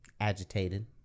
Agitated